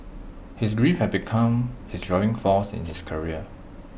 his grief had become his driving force in his career